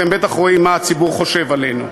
אתם בטח רואים מה הציבור חושב עלינו,